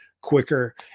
quicker